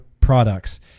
products